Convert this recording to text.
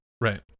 Right